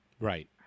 Right